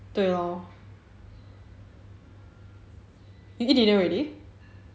对 lor you eat dinner already